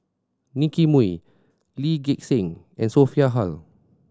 Nicky Moey Lee Gek Seng and Sophia Hull